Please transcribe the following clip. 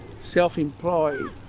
self-employed